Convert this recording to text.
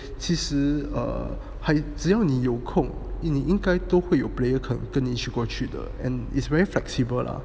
其实 err 还只有你有空你应该都会有 player 肯跟你一起过去的 and it's very flexible lah